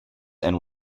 and